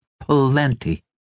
Plenty